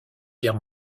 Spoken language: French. guerre